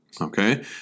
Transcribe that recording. Okay